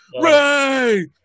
Ray